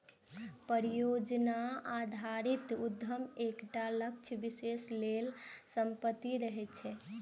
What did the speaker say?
परियोजना आधारित उद्यम एकटा लक्ष्य विशेष लेल समर्पित रहै छै